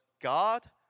God